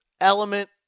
element